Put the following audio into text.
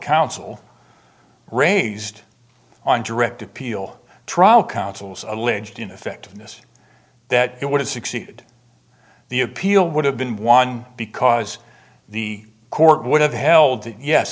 counsel raised on direct appeal trial counsel's alleged ineffectiveness that it would have succeeded the appeal would have been won because the court would have held